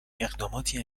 اقداماتی